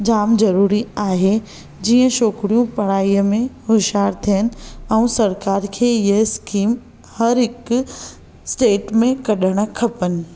जामु ज़रूरी आहे जीअं छोकिरियूं पढ़ाइअ में होशियार थियनि अउं सरकार खे हीअ स्कीम हर हिक स्टेट में कढणु खपनि